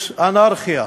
אנרכיה.